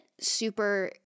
super